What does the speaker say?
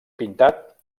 pintat